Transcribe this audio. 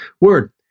word